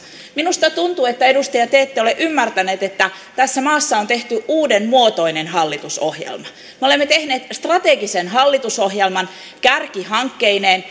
minusta tuntuu edustaja että te ette ole ymmärtänyt että tässä maassa on tehty uudenmuotoinen hallitusohjelma me olemme tehneet strategisen hallitusohjelman kärkihankkeineen